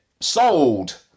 Sold